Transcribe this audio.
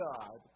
God